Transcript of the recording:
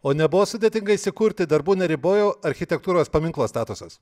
o nebuvo sudėtinga įsikurti darbų neribojo architektūros paminklo statusas